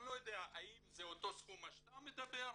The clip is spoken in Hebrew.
אני לא יודע אם זה אותו סכום שאתה מדבר עליו,